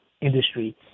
industry